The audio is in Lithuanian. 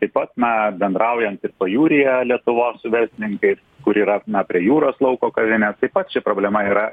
taip pat na bendraujant ir pajūryje lietuvos su verslininkais kur yra na prie jūros lauko kavinė taip pat ši problema yra